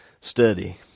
study